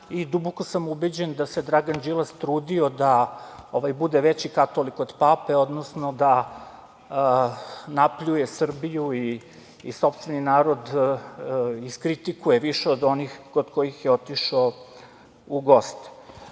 i duboko sam ubeđen da se Dragan Đilas trudio da bude veći katolik od pape, odnosno da napljuje Srbiju i sopstveni narod iskritikuje više od onih kod kojih je otišao u goste. To